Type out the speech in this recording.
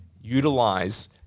utilize